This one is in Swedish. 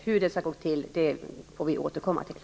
Hur det skall gå till får vi återkomma till.